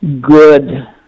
good